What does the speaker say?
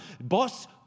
Boss